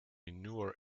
newer